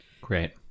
Great